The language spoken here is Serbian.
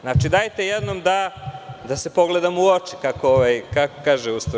Znači, dajte jednom da se pogledamo u oči, kako kaže jedan slogan.